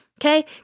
Okay